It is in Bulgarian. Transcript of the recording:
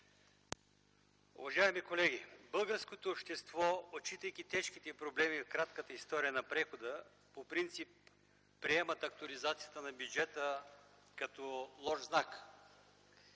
Уважаеми колеги, българското общество, отчитайки тежките проблеми в кратката история на прехода, по принцип приема актуализацията на бюджета като лош знак.